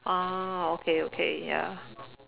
ah okay okay ya